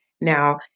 Now